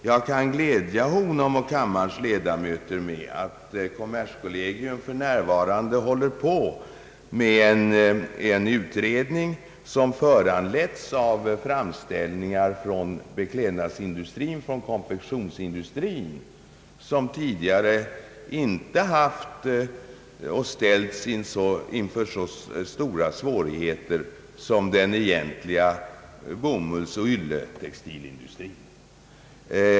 Jag kan glädja honom och kammarens ledamöter med att kommerskollegium för närvarande håller på med en utredning som föranletts av framställningar från konfektionsindustrin, som tidigare inte ställts inför så stora svårigheter som den egentliga bomullsoch ylletextilindustrin.